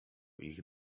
ich